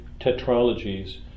tetralogies